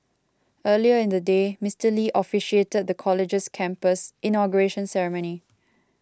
earlier in the day Mister Lee officiated the college's campus inauguration ceremony